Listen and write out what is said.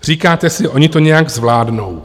Říkáte si, oni to nějak zvládnou.